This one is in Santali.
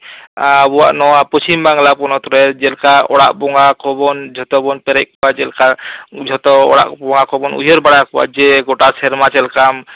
ᱟᱵᱚᱣᱟᱜ ᱱᱚᱣᱟ ᱯᱚᱪᱷᱤᱢ ᱵᱟᱝᱞᱟ ᱯᱚᱱᱚᱛ ᱨᱮ ᱡᱮᱞᱮᱠᱟ ᱚᱲᱟᱜ ᱵᱚᱸᱜᱟ ᱠᱚᱵᱚᱱ ᱡᱷᱚᱛᱚ ᱵᱚᱱ ᱯᱮᱨᱮᱡ ᱠᱚᱣᱟ ᱡᱮᱞᱮᱠᱟ ᱡᱷᱚᱛᱚ ᱚᱲᱟᱜ ᱵᱚᱸᱜᱟ ᱠᱚᱵᱚᱱ ᱩᱭᱦᱟᱹᱨ ᱵᱟᱲᱟ ᱠᱚᱣᱟ ᱡᱮ ᱜᱚᱴᱟ ᱥᱚᱨᱢᱟ ᱪᱮᱫᱞᱮᱠᱟᱢ